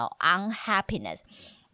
Unhappiness